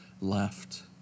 left